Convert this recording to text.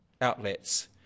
outlets